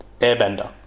Airbender